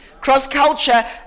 cross-culture